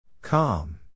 Calm